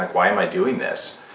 why am i doing this?